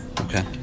Okay